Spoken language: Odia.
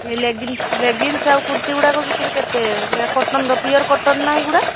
ଏଇ ଲେଗିନ୍ସ ଲେଗିନ୍ସ ଆଉ କୁର୍ତ୍ତୀ ଗୁଡ଼ାକ ସବୁ କେତେ ଏଇଗା କଟନର ପିଓର କଟନନା ଏଇ ଗୁଡ଼ା